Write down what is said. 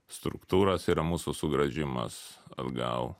struktūras yra mūsų sugrąžimas atgal